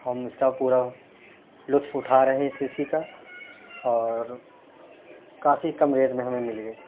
ہم اِس كا پورا لُطف اُٹھا رہے اِس اے سی كا اور كافی کم ریٹ میں ہمیں مل ہے